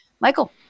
Michael